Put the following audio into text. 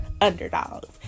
underdogs